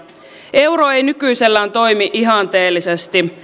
euro ei nykyisellään toimi ihanteellisesti